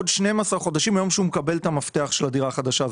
יש לו עוד כ-12 חודשים מהיום שבו הוא מקבל את המפתח של הדירה החדשה.